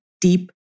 deep